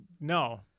No